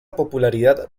popularidad